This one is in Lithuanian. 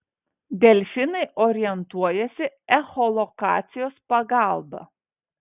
delfinai orientuojasi echolokacijos pagalba